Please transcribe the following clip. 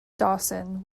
dawson